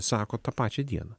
sako tą pačią dieną